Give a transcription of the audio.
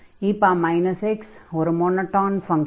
e x ஒரு monotone function